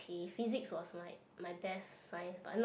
physics was my my best science but not